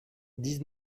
dix